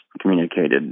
communicated